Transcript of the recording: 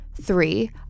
Three